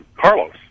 carlos